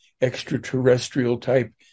extraterrestrial-type